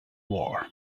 war